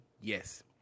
yes